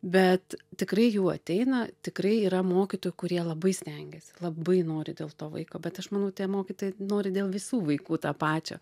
bet tikrai jų ateina tikrai yra mokytojų kurie labai stengiasi labai nori dėl to vaiko bet aš manau tie mokytojai nori dėl visų vaikų tą pačio